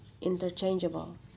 interchangeable